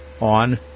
on